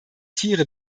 tiere